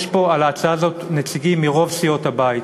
חתומים פה על ההצעה הזאת נציגים מרוב סיעות הבית.